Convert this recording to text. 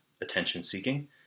attention-seeking